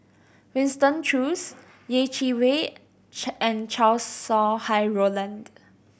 Winston Choos Yeh Chi Wei and Chow Sau Hai Roland